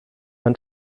man